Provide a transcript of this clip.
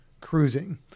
cruising